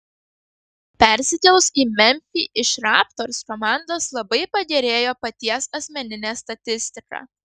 persikėlus į memfį iš raptors komandos labai pagerėjo paties asmeninė statistika